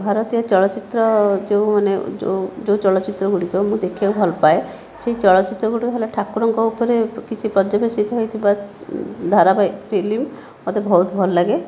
ଭାରତୀୟ ଚଳଚ୍ଚିତ୍ର ଯେଉଁମାନେ ଯେଉଁ ଯେଉଁ ଚଳଚ୍ଚିତ୍ରଗୁଡ଼ିକ ମୁଁ ଦେଖିବାକୁ ଭଲପାଏ ସେହି ଚଳଚ୍ଚିତ୍ରଗୁଡ଼ିକ ହେଲା ଠାକୁରଙ୍କ ଉପରେ କିଛି ପର୍ଯ୍ୟବସିତ ହୋଇଥିବା ଧାରାବାହିକ ଫିଲ୍ମ ମୋତେ ବହୁତ ଭଲଲାଗେ